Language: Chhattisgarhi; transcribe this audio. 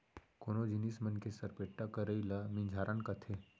कोनो जिनिस मन के सरपेट्टा करई ल मिझारन कथें